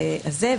רישיונות,